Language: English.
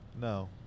No